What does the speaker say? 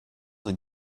than